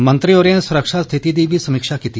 मंत्री होरें सुरक्षा स्थिति दी बी समीक्षा कीती